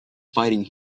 fighting